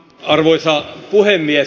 arvoisa puhemies